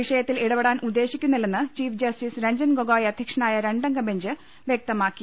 വിഷ യത്തിൽ ഇടപ്ടൊൻ ഉദ്ദേശിക്കുന്നില്ലെന്ന് ചീഫ് ജസ്റ്റിസ് രഞ്ജൻ ഗൊഗോയ് അധ്യക്ഷനായ രണ്ടംഗബെഞ്ച് വൃക്തമാക്കി